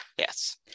Yes